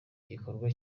gikorwa